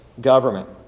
government